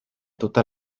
tutta